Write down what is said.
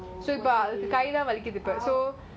super guy you down but you give the great so